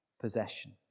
possession